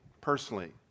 personally